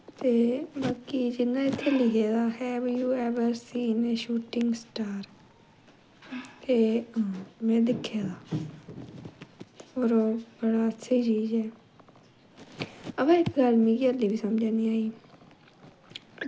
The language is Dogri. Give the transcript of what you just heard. ते बाकी जियां इत्थें लिखे दा ऐ have you ever seen shooting star ते में दिक्खे दा और ओह् बड़ा स्हेई चीज़ ऐ अवा इक गल्ल मिगी हाल्ली बी समझ नी आई